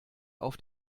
auf